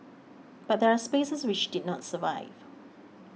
but there are spaces which did not survive